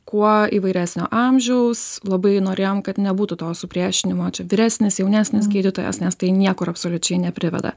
kuo įvairesnio amžiaus labai norėjom kad nebūtų to supriešinimo čia vyresnis jaunesnis gydytojas nes tai niekur absoliučiai nepriveda